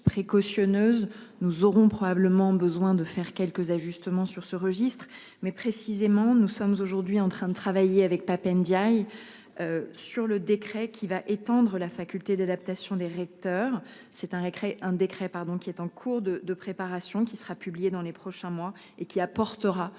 nous aurons probablement besoin de faire quelques ajustements sur ce registre. Mais précisément, nous sommes aujourd'hui en train de travailler avec Pap Ndiaye. Sur le décret qui va étendre la faculté d'adaptation des recteurs. C'est un décret, un décret pardon qui est en cours de, de préparation, qui sera publié dans les prochains mois et qui apportera